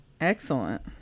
Excellent